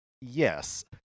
yes